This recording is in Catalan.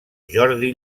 jordi